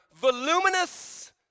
voluminous